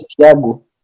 Tiago